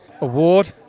Award